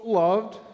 loved